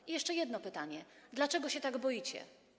I jeszcze jedno pytanie: Dlaczego się tak boicie?